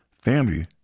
Family